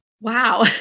Wow